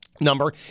number